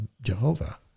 Jehovah